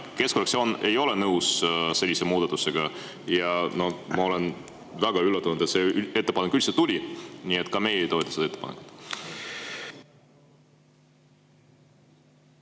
Keskfraktsioon ei ole nõus sellise muudatusega ja ma olen väga üllatunud, et see ettepanek üldse tuli. Nii et ka meie ei toeta seda ettepanekut.